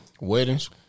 Weddings